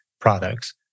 products